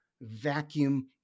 vacuum